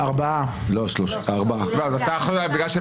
מי נמנע?